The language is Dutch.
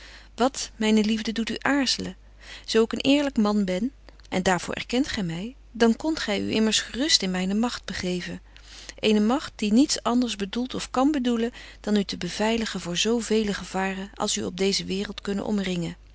wat myne liefde doet u aarzelen zo ik een eerlyk man ben en daar voor erkent gy my dan kont gy u immers gerust in myne magt begeven eene magt die niets anders bedoelt of kan bedoelen dan u te beveiligen voor zo vele gevaren als u op deeze waereld kunnen omringen